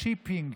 ה-shipping,